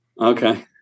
Okay